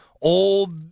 old